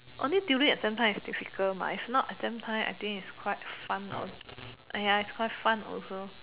only during exam time is difficult mah if not exam time I think its quite fun !aiya! its quite fun also